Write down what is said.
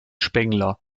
spengler